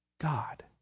God